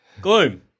Gloom